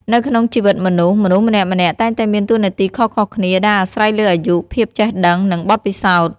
នៅក្នុងជីវិតមនុស្ស មនុស្សម្នាក់ៗតែងតែមានតួនាទីខុសៗគ្នាដែលអាស្រ័យលើអាយុ ភាពចេះដឹង និងបទពិសោធន៍។